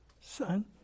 son